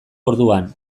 orduan